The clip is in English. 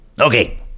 Okay